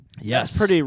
Yes